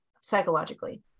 psychologically